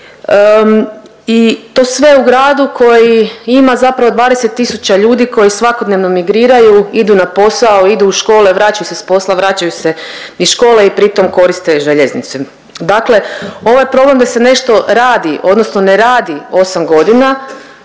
i to sve u gradu koji ima zapravo 20 tisuća ljudi koji svakodnevno migriraju, idu na posao, idu u škole, vraćaju se s posla, vraćaju se iz škole i pritom koriste željeznice. Dakle ovaj problem da se nešto radi odnosno ne radi 8 godina